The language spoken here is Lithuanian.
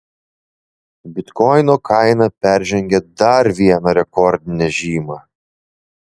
bitkoino kaina peržengė dar vieną rekordinę žymą